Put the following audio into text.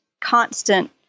constant